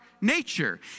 nature